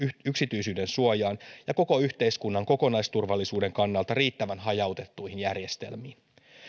yksityisyydensuojaan ja koko yhteiskunnan kokonaisturvallisuuden kannalta riittävän hajautettuihin järjestelmiin